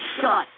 shut